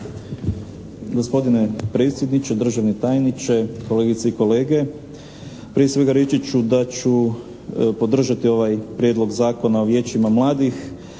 Hvala vam